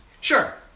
sure